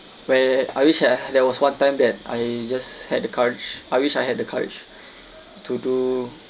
where I wish uh there was one time that I just had the courage I wish I had the courage to do